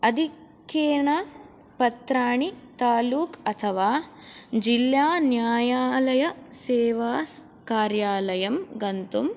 आधिक्येण पत्राणि तालुक् अथवा जिल्लान्यायालयसेवास् कार्यालयं गन्तुं